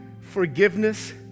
Forgiveness